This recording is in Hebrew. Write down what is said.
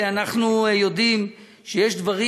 אנחנו יודעים שיש דברים,